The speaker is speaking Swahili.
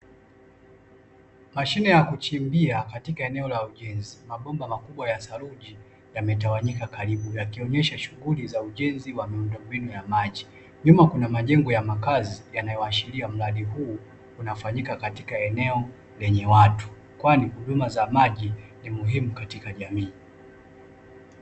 Mashine ya kuchimbia katika eneo la ujenzi mabomba makubwa ya saruji yametawanyika karibu yakionesha shughuli za ujenzi wa miundombinu ya maji. Nyuma kuna majengo ya makazi, yanayoashiria mladi huu unafanyika katika eneo lenye watu kwani huduma za maji ni muhimu katika jamii.